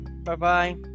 Bye-bye